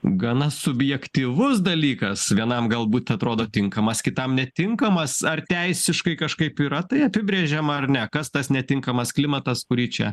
gana subjektyvus dalykas vienam galbūt atrodo tinkamas kitam netinkamas ar teisiškai kažkaip yra tai apibrėžiama ar ne kas tas netinkamas klimatas kurį čia